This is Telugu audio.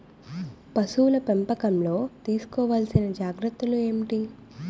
పశువుల పెంపకంలో తీసుకోవల్సిన జాగ్రత్త లు ఏంటి?